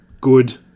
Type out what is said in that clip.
good